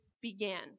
began